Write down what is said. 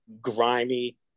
grimy